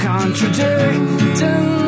Contradicting